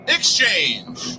Exchange